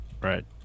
Right